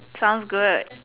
sounds good